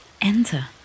Enter